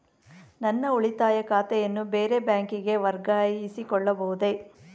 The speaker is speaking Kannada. ನನ್ನ ಉಳಿತಾಯ ಖಾತೆಯನ್ನು ಬೇರೆ ಬ್ಯಾಂಕಿಗೆ ವರ್ಗಾಯಿಸಿಕೊಳ್ಳಬಹುದೇ?